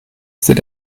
sind